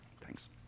Thanks